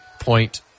point